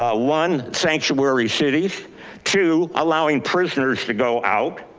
ah one sanctuary cities two allowing prisoners to go out,